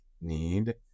need